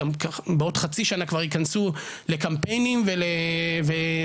בעוד חצי שנה כבר ייכנסו לקמפיינים וכו',